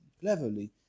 cleverly